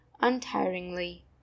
untiringly